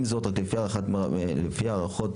עם זאת, לפי הערכות